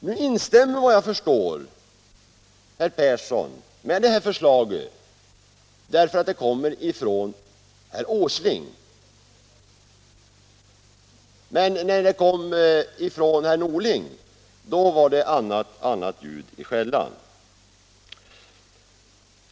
Såvitt jag förstår tillstyrker herr Persson förslaget därför att det kommer från herr Åsling. Men när det kom från herr Norling var det annat ljud i skällan.